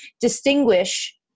distinguish